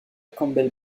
campbell